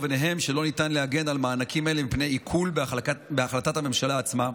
ובהן שלא ניתן להגן על מענקים אלה מפני עיקול בהחלטת הממשלה עצמה,